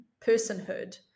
personhood